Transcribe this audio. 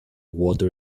water